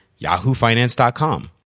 yahoofinance.com